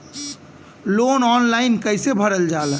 Loan online कइसे भरल जाला?